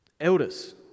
elders